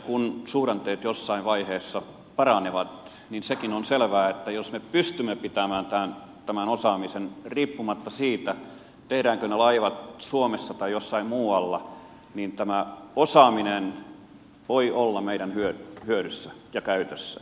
kun suhdanteet jossain vaiheessa paranevat niin sekin on selvää että jos me pystymme pitämään tämän osaamisen riippumatta siitä tehdäänkö ne laivat suomessa vai jossain muualla niin tämä osaaminen voi olla meidän hyödyssä ja käytössä